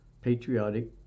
patriotic